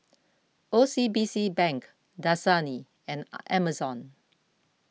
O C B C Bank Dasani and Amazon